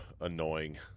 annoying